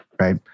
right